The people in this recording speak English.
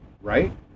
right